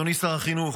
אדוני שר החינוך,